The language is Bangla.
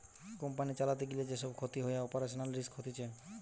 কোম্পানি চালাতে গিলে যে সব ক্ষতি হয়ে অপারেশনাল রিস্ক হতিছে